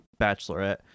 Bachelorette